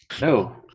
No